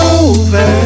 over